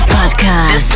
Podcast